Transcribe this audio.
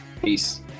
peace